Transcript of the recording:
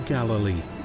Galilee